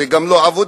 זו גם לא עבודה.